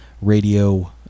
radio